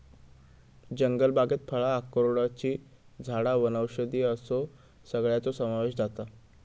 जंगलबागेत फळां, अक्रोडची झाडां वनौषधी असो सगळ्याचो समावेश जाता